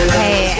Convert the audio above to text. hey